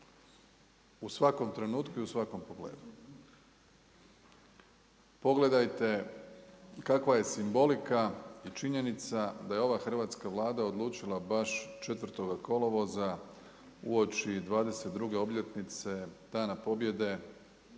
u svakom trenutku i u svakom pogledu. Pogledajte kakva je simbolika i činjenica da je ova hrvatska Vlada odlučila baš 4. kolovoza uoči 22. obljetnice Dana pobjede,